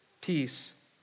peace